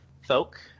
folk